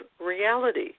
reality